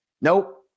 Nope